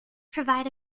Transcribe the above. provide